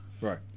Right